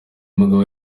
mugabo